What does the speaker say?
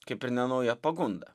kaip ir nenauja pagunda